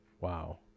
wow